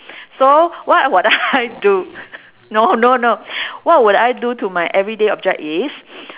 so what would I do no no no what would I do to my everyday object is